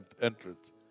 entrance